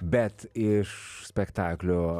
bet iš spektaklio